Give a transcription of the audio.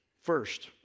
First